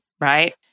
Right